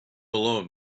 alone